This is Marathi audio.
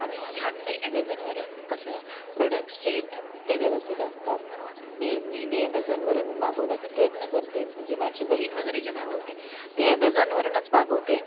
आणि ह्याच ॲमेझॉनवरून कसं प्रोडक्ट्स जे येतात ते व्यवस्थित असतात मी नेहमी ॲमेझॉनवरून मागवण्याचा प्रयत्न करते म्हणजे माझी बहीण वगैरे जे मागवते ते ॲमेझॉनवरूनच मागवते